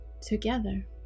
together